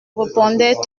répondait